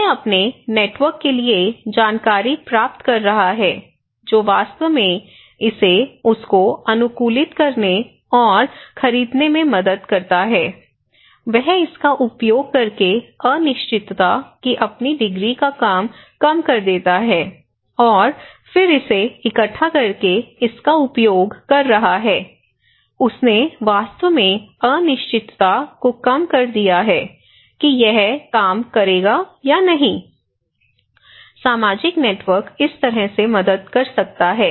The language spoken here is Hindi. वह अपने नेटवर्क के लिए जानकारी प्राप्त कर रहा है जो वास्तव में उसे इसको अनुकूलित करने और खरीदने में मदद करता है वह इसका उपयोग करके अनिश्चितता की अपनी डिग्री को कम कर देता है और फिर इसे इकट्ठा करके इसका उपयोग कर रहा है उसने वास्तव में अनिश्चितता को कम कर दिया है कि यह काम करेगा या नहीं सामाजिक नेटवर्क इस तरह से मदद कर सकता है